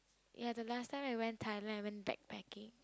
ya the last time I went Thailand I went backpacking